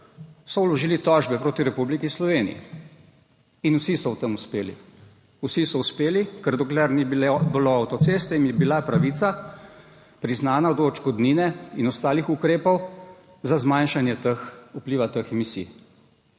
so vložili tožbe proti Republiki Sloveniji. Vsi so v tem uspeli, ker dokler ni bilo avtoceste, jim je bila priznana pravica do odškodnine in ostalih ukrepov za zmanjšanje vpliva teh emisij.